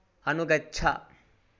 अनुगच्छ